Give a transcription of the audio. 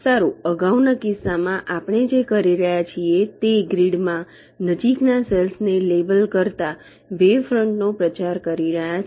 સારું અગાઉના કિસ્સામાં આપણે જે કરી રહ્યા છીએ તે ગ્રીડમાં નજીકના સેલ્સ ને લેબલ કરતા વેવ ફ્રન્ટ નો પ્રચાર કરી રહ્યા હતા